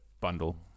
bundle